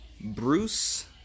Bruce